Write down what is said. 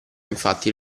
infatti